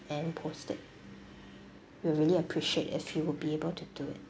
and post it we really appreciate if you would be able to do it